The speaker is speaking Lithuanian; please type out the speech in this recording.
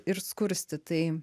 ir skursti tai